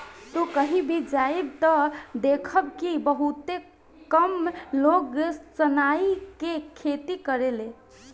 तू कही भी जइब त देखब कि बहुते कम लोग सनई के खेती करेले